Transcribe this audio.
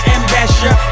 Ambassador